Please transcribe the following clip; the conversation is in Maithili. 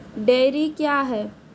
डेयरी क्या हैं?